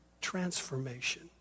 transformation